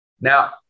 Now